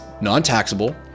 non-taxable